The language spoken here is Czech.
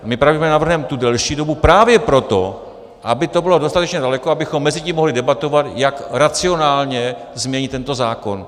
Pravděpodobně navrhneme tu delší dobu právě proto, aby to bylo dostatečně daleko, abychom mezitím mohli debatovat, jak racionálně změnit tento zákon.